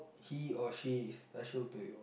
he or she is special to you